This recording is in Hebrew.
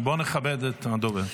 בואו נכבד את הדובר.